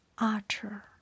Archer